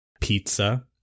pizza